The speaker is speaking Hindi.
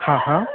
हाँ हाँ